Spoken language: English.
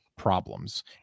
Problems